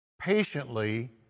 patiently